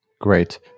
great